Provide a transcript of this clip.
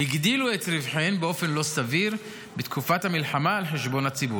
הגדילו את רווחיהן באופן לא סביר בתקופת המלחמה על חשבון הציבור.